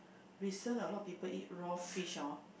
recent a lot people eat raw fish hor